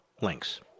links